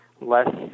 less